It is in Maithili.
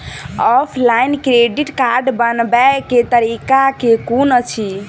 ऑफलाइन क्रेडिट कार्ड बनाबै केँ तरीका केँ कुन अछि?